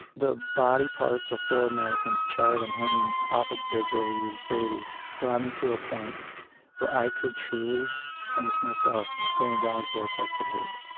the body parts of four americans charred and hanging off a bridge over the euphrates brought me to a point where i could truly sense myself going down a vortex of hate,